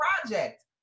project